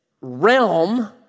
realm